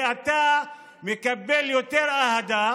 אתה מקבל יותר אהדה